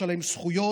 יש עליהם זכויות,